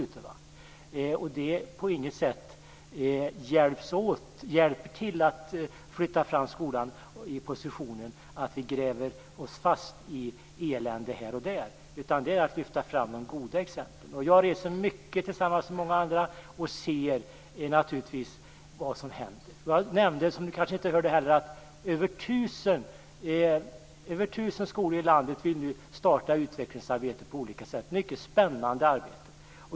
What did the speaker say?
Det hjälper på inget sätt till att flytta fram skolans position att vi gräver oss fast i elände här och där, utan det gäller att lyfta fram de goda exemplen. Jag reser mycket tillsammans med många andra. Då ser jag naturligtvis vad som händer. Jag nämnde, som Sten Anderson kanske inte heller hörde, att över 1 000 skolor i landet nu vill starta utvecklingsarbete på olika sätt. Det är ett mycket spännande arbete.